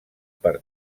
per